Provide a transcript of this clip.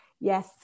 yes